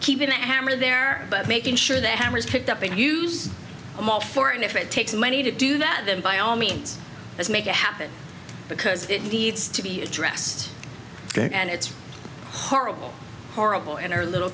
keeping that hammer there but making sure that hammer is picked up and use i'm all for it if it takes money to do that then by all means let's make it happen because it needs to be addressed and it's horrible horrible in our little